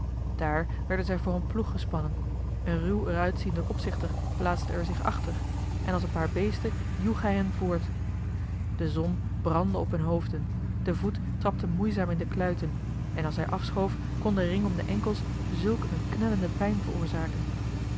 daar werden zij voor een ploeg gespannen een ruw er uitziende opzichter plaatse er zich achter en als een paar beesten joeg hij hen voort de zon brandde op hun hoofden de voet trapte moeizaam in de kluiten en als hij afschoof kon de ring om de enkels zulk een knellende pijn veroorzaken